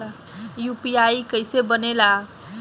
UPI कईसे बनेला?